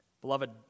Beloved